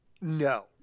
No